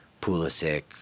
Pulisic